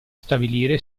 stabilire